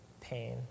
pain